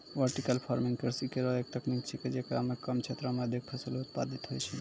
vertical farming कृषि केरो एक तकनीक छिकै, जेकरा म कम क्षेत्रो में अधिक फसल उत्पादित होय छै